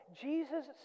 Jesus